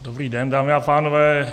Dobrý den, dámy a pánové.